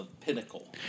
pinnacle